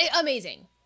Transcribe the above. Amazing